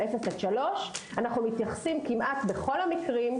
אפס עד שלוש אנחנו מתייחסים כמעט בכל המקרים,